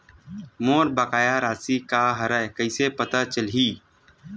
मोर बकाया राशि का हरय कइसे पता चलहि?